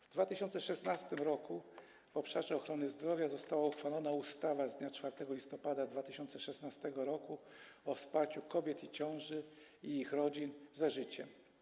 W 2016 r. w ramach obszaru ochrony zdrowia została uchwalona ustawa z dnia 4 listopada 2016 r. o wsparciu kobiet w ciąży i ich rodzin „Za życiem”